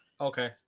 Okay